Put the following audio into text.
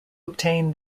obtain